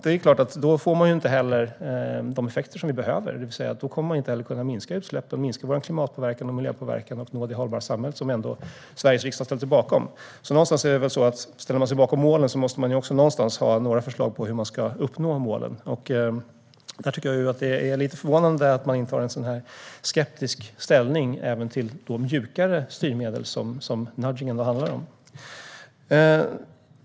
Det är klart att man då inte heller får de effekter som vi behöver. Då kommer man inte att kunna minska utsläppen och minska vår klimatpåverkan och miljöpåverkan och nå det hållbara samhälle som Sveriges riksdag ändå ställer sig bakom. Någonstans är det väl så att om man ställer sig bakom målen måste man också ha några förslag på hur man ska uppnå målen. Jag tycker att det är lite förvånande att Moderaterna intar en sådan här skeptisk ställning även till de mjukare styrmedel som nudging ändå handlar om.